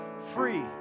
free